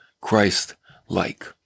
Christ-like